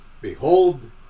Behold